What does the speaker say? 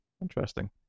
interesting